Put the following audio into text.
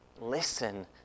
listen